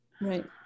Right